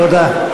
תודה.